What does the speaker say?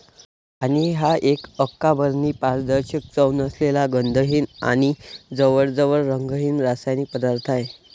पाणी हा एक अकार्बनी, पारदर्शक, चव नसलेला, गंधहीन आणि जवळजवळ रंगहीन रासायनिक पदार्थ आहे